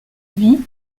vie